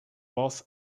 both